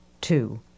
two